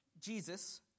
Jesus